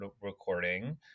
recording